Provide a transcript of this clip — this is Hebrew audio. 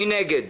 מי נגד?